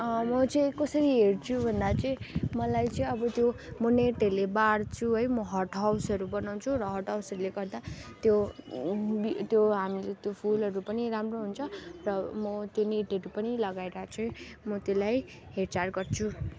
म चाहिँ कसरी हेर्छु भन्दा चाहिँ मलाई चाहिँ अब त्यो म नेटहरूले बार्छु है म हट हाउसहरू बनाउँछु हट हाउसहरूले गर्दा त्यो हामीले त्यो फुलहरू पनि राम्रो हुन्छ र म त्यो नेटहरू पनि लगाएर चाहिँ म त्यसलाई हेरचाह गर्छु